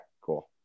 cool